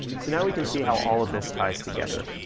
so now we can see how all of this ties together.